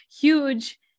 huge